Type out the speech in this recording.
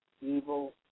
evil